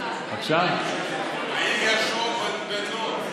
האם יהושע בן נון,